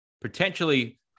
potentially